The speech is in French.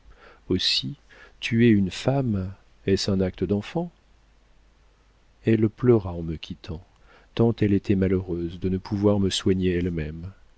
aussi tuer une femme est-ce un acte d'enfant elle pleura en me quittant tant elle était malheureuse de ne pouvoir me soigner elle-même